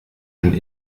den